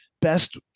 best